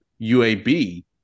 UAB